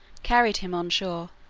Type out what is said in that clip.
carried him on shore,